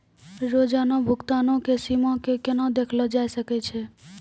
रोजाना भुगतानो के सीमा के केना देखलो जाय सकै छै?